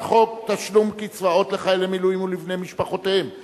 תשלום קצבאות לחיילי מילואים ולבני משפחותיהם (תיקון,